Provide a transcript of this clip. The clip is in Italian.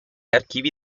archivi